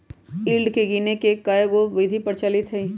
yield के गीनेए के कयहो विधि प्रचलित हइ